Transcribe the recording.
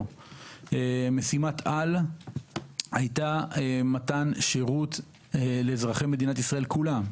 משימת-על היה מתן שירות לאזרחי מדינת ישראל כולה,